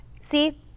See